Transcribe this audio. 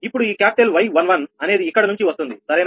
ఇప్పుడు ఈ క్యాపిటల్ 𝑌11 అనేది ఇక్కడి నుంచి వస్తుంది సరేనా